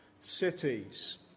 cities